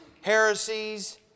heresies